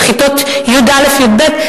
בכיתות י"א-י"ב,